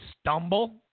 stumble